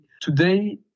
Today